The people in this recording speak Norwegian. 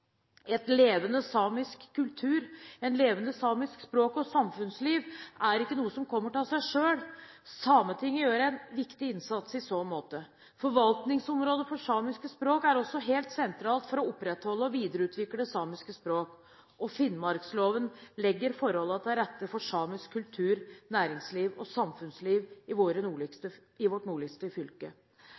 levende samisk kultur, et levende samisk språk og samfunnsliv er ikke noe som kommer av seg selv. Sametinget gjør en viktig innsats i så måte. Forvaltningsområdet for samiske språk er også helt sentralt for å opprettholde og videreutvikle samiske språk, og finnmarksloven legger forholdene til rette for samisk kultur, næringsliv og samfunnsliv i vårt nordligste